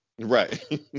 Right